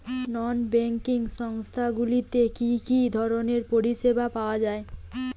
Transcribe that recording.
নন banking সংস্থা গুলিতে কি কি ধরনের পরিসেবা পাওয়া য়ায়?